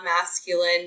masculine